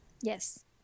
Yes